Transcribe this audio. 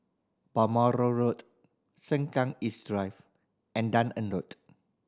Balmoral Road Sengkang East Drive and Dunearn Road